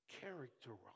characterize